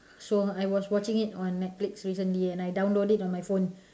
so I was watching it on netflix recently and I download it on my phone